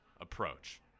approach